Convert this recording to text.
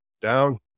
down